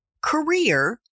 career